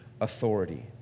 authority